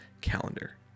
calendar